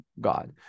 God